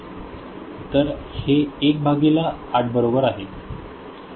तर हे 1 भागिले 8 बरोबर आहे